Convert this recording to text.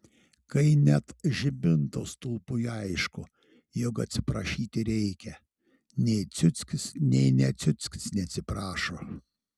kai net žibinto stulpui aišku jog atsiprašyti reikia nei ciuckis nei ne ciuckis neatsiprašo